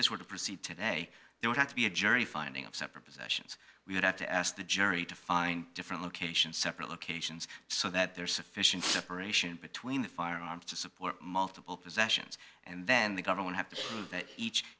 this were to proceed today there would have to be a jury finding of separate possessions we would have to ask the jury to find different locations separate locations so that there's sufficient separation between the firearms to support multiple possessions and then the government have to